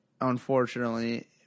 Unfortunately